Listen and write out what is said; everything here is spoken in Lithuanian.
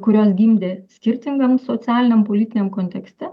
kurios gimdė skirtingam socialiniam politiniam kontekste